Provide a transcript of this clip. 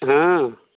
हॅं